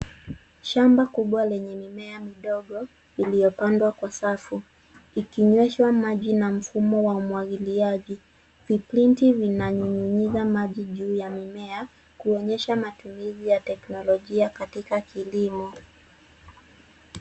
Shamba kubwa lenye mimea midogo iliyopandwa kwa safu ikinywehswa maji na mfumo wa umwagiliaji. Vieti vinanyunyiza maji juu ya mimea, kuonesha matumizi ya teknolojia katika kilimo.